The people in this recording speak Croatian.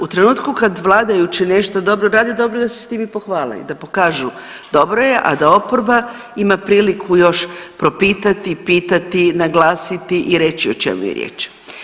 U trenutku kada vladajući nešto dobro rade dobro je da se s tim i pohvale i da pokažu dobro je, a da oporba ima priliku još propitati, pitati, naglasiti i reći o čemu je riječ.